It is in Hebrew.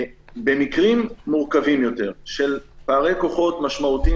במקרים מורכבים יותר של פערי כוחות משמעותיים